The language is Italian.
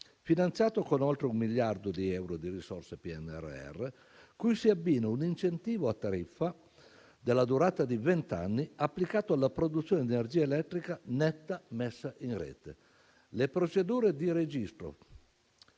finanziato con oltre un miliardo di euro di risorse PNRR, cui si abbina un incentivo a tariffa della durata di vent'anni applicato alla produzione di energia elettrica netta messa in rete. Le procedure di registro